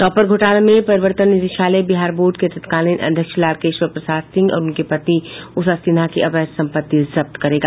topper घोटाले में परिवर्तन निदेशालय बिहार बोर्ड के तत्कालीन अध्यक्ष लालकेश्वर प्रसाद सिंह और उनकी पत्नी उषा सिन्हा की अवैध संपत्ति जब्त करेगा